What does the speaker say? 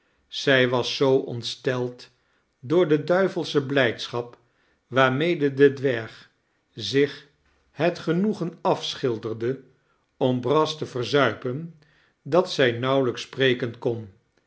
zij was zoo ontsteld door de duivelsche blijdschap waarmede de dwerg zich het genoegen afschilderde om brass te verzuipen dat zij nauwelijks spreken kon